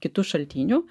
kitų šaltinių